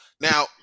Now